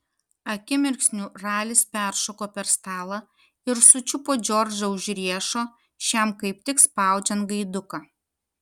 akimirksniu ralis peršoko per stalą ir sučiupo džordžą už riešo šiam kaip tik spaudžiant gaiduką